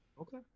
Okay